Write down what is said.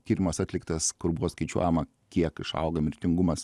tyrimas atliktas kur buvo skaičiuojama kiek išauga mirtingumas